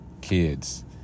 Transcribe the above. kids